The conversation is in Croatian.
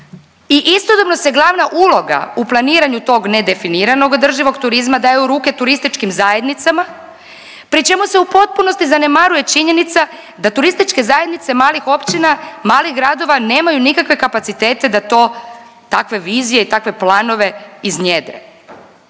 I istodobno se glavna uloga u planiranju tog nedefiniranog održivog turizma daju u ruke turističkim zajednicama pri čemu se u potpunosti zanemaruje činjenica da turističke zajednice malih općina, malih gradova nemaju nikakve kapacitete da to takve vizije i takve planove iznjedre.